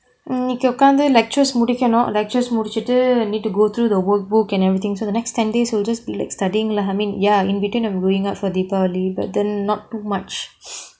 இன்னக்கி உட்காந்து:innaki utkanthu lectures முடிக்கனும்:mudikanum lectures முடிச்சிட்டு:mudichitu need to go through the workbook and everything so the next ten days will just be like studying lah I mean ya in between I'm going out for deepavali but then not too much